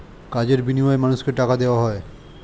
কাজের বিনিময়ে মানুষকে টাকা দেওয়া হয়